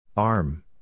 Arm